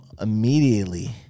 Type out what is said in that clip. immediately